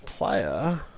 player